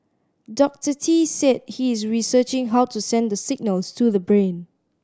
Doctor Tee said he is researching how to send the signals to the brain